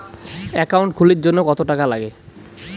Account খুলির জন্যে কত টাকা নাগে?